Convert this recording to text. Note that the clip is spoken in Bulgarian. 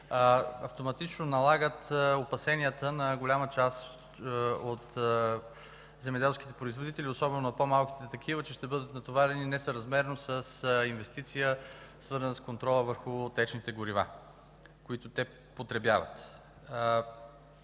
автоматично налагат опасенията на голяма част от земеделските производители, особено на по-малките такива, че ще бъдат натоварени несъразмерно с инвестиция, свързана с контрола върху течните горива, които те потребяват.